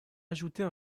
ajouter